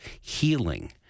healing